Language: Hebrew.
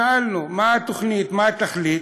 שאלנו מה התוכנית, מה התכלית.